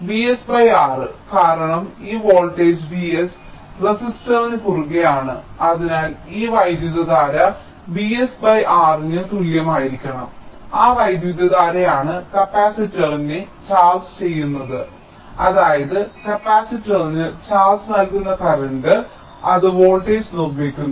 V s R കാരണം ഈ voltage V s റെസിസ്റ്ററിനു കുറുകെ ആണ് അതിനാൽ ഈ വൈദ്യുതധാര VsR ന് തുല്യമായിരിക്കണം ആ വൈദ്യുതധാരയാണ് കപ്പാസിറ്ററിനെ ചാർജ് ചെയ്യുന്നത് അതായത് കപ്പാസിറ്ററിന് ചാർജ് നൽകുന്ന കറന്റ് അതിനാൽ അത് വോൾട്ടേജ് നിർമ്മിക്കുന്നു